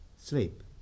Sleep